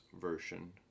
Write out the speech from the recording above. version